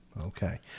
okay